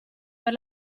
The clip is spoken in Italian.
per